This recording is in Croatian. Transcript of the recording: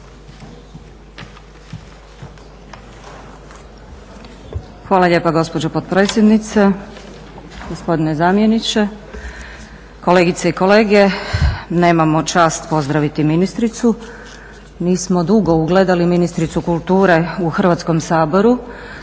Hvala lijepo gospođo predsjednice. Gospodine zamjeniče, kolegice i kolege. Nemamo čast pozdraviti ministricu. Nismo dugo ugledali ministricu kulture u Hrvatskom saboru.